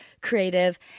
creative